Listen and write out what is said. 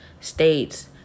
states